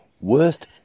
worst